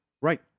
Right